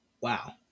Wow